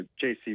JC